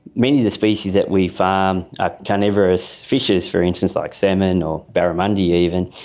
many of the species that we farm are carnivorous fishes, for instance, like salmon or barramundi even,